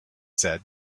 said